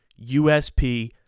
USP